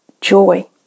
joy